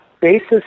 basis